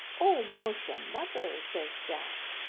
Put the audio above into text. o musha, mother, says jack,